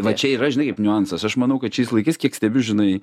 va čia yra žinai kaip niuansas aš manau kad šiais laikais kiek stebiu žinai